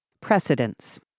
Precedence